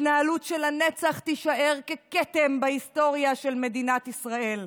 התנהלות שלנצח תישאר ככתם בהיסטוריה של מדינת ישראל.